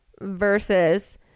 versus